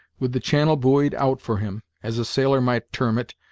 with the channel buoyed out for him, as a sailor might term it,